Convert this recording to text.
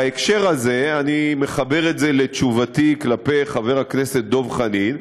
בהקשר הזה אני מחבר את זה לתשובתי לחבר הכנסת דב חנין.